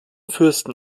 fürsten